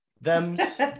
Thems